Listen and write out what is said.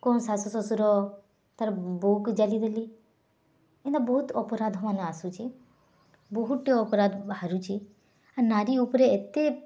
କନ୍ ଶାଶୁ ଶଶୁର ତାର୍ ବୋହୁକୁ ଜାଲିଦେଲେ ଏନ୍ତା ବହୁତ୍ ଅପରାଧ୍ମାନେ ଆସୁଛି ବହୁଟେ ଅପରାଧ୍ ବାହାରୁଚି ଆର୍ ନାରୀ ଉପରେ ଏତେ